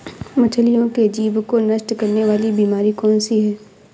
मछलियों के जीभ को नष्ट करने वाली बीमारी कौन सी है?